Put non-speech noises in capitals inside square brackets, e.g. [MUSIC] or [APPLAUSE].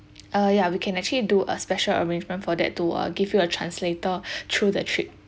uh yeah we can actually do a special arrangement for that too I'll give you a translator [BREATH] through the trip